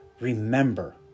Remember